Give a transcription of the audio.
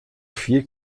vier